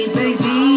baby